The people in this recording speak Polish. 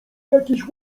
jakiś